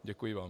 Děkuji vám.